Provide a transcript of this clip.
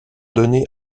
donner